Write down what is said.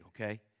okay